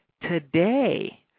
today